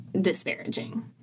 disparaging